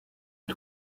est